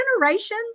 generation